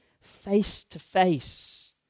face-to-face